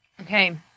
Okay